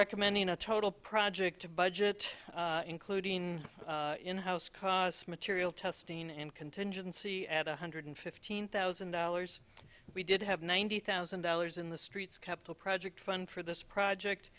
recommending a total project to budget including in house costs material testing and contingency at one hundred fifteen thousand dollars we did have ninety thousand dollars in the streets capital project fun for this project